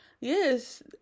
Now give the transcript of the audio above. yes